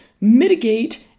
mitigate